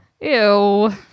ew